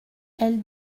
elle